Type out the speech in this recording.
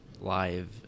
live